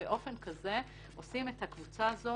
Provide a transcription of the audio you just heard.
באופן כזה אנחנו עושים את הקבוצה הזאת